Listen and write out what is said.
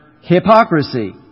hypocrisy